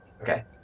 Okay